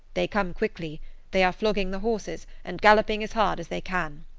they come quickly they are flogging the horses, and galloping as hard as they can.